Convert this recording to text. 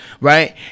right